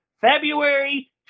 February